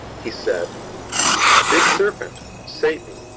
he said this serpent, satan,